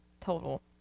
total